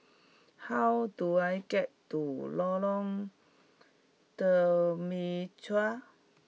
how do I get to Lorong Temechut